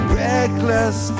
reckless